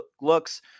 looks